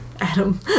Adam